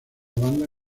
banda